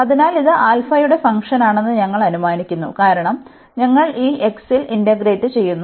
അതിനാൽ ഇത് യുടെ ഫംഗ്ഷനാണെന്ന് ഞങ്ങൾ അനുമാനിക്കുന്നു കാരണം ഞങ്ങൾ ഈ x ൽ ഇന്റഗ്രേറ്റ് ചെയ്യുന്നു